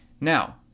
Now